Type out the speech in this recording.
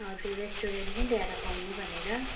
हजुर रेस्टुरेन्टमा ल्याएर खुवाउनु भनेर